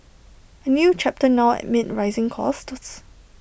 A new chapter now amid rising costs